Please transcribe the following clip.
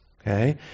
Okay